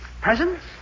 Presents